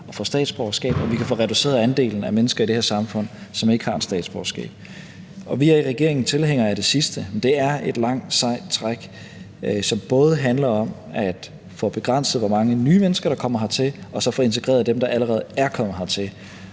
at få statsborgerskab, så vi kan få reduceret andelen af mennesker i det her samfund, som ikke har et statsborgerskab. Vi er i regeringen tilhængere af det sidste. Det et langt og sejt træk, som både handler om at få begrænset, hvor mange nye mennesker der kommer hertil, og så få integreret dem, der allerede er kommet hertil.